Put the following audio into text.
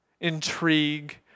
intrigue